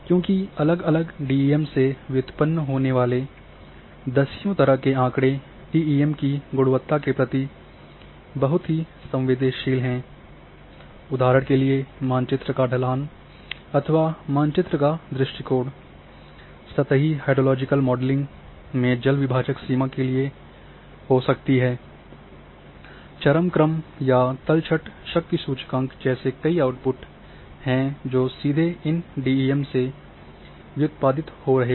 क्योंकि अलग अलग डीईएम से व्युत्पन्न होने वाले दसियों तरह के आँकड़े डीईएम की गुणवत्ता के प्रति बहुत ही संवेदनशील हैं उदाहरण के लिए मानचित्र का ढलान अथवा मानचित्र का दृष्टिकोण सतही हाइड्रोलॉजिकल मॉडलिंग में जल विभाजक सीमा के लिए हो सकती है चरम क्रम या तलछट शक्ति सूचकांक जैसे कई आउटपुट हैं जो सीधे इन डीईएम से व्युत्पादित हो रहे हैं